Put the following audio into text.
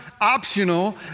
optional